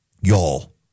Y'all